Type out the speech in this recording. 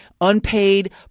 unpaid